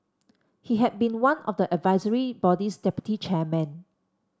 he had been one of the advisory body's deputy chairmen